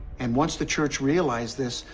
and once the church realized this,